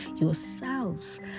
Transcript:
yourselves